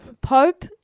Pope